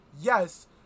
yes